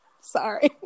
Sorry